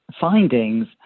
findings